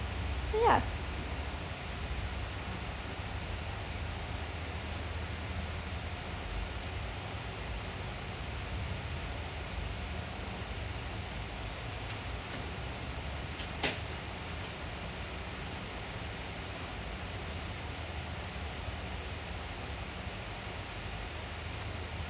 ya